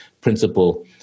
principle